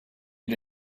ate